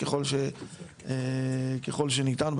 ככל שניתן,